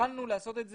כשיכולנו לעשות את זה.